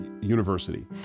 University